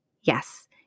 yes